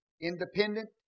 independent